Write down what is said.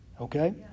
Okay